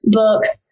books